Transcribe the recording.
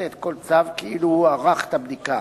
לתת כל צו כאילו הוא ערך את הבדיקה.